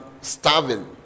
starving